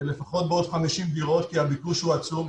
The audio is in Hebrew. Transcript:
לפחות בעוד 50 דירות כי הביקוש הוא עצום,